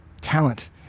talent